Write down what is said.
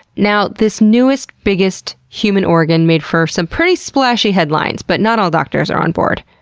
now this newest, biggest human organ made for some pretty splashy headlines but not all doctors are on board.